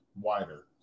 wider